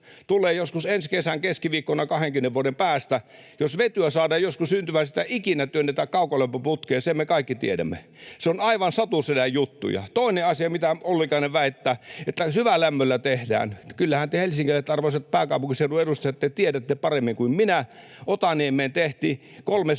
Tulee joskus ensi kesän keskiviikkona, 20 vuoden päästä. Jos vetyä saadaan joskus syntymään, sitä ei ikinä työnnetä kaukolämpöputkeen — sen me kaikki tiedämme. Se on aivan satusedän juttuja. Toinen asia, mitä Ollikainen väittää, on se, että syvälämmöllä tehdään. Kyllähän te helsinkiläiset, arvoisat pääkaupunkiseudun edustajat, tiedätte paremmin kuin minä. Otaniemeen tehtiin kolme syvää